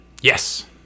Yes